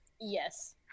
Yes